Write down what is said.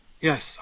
yes